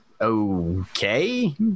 okay